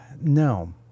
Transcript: No